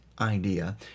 idea